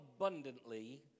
abundantly